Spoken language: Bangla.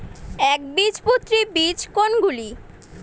একবীজপত্রী বীজ কোন গুলি?